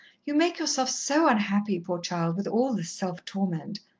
you make yourself so unhappy, poor child, with all this self-torment.